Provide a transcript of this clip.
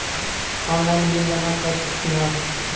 Online bill जमा कर सकती ह?